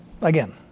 again